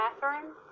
bathroom